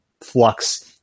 flux